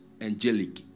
angelic